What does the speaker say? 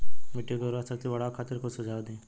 मिट्टी के उर्वरा शक्ति बढ़ावे खातिर कुछ सुझाव दी?